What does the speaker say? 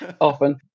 often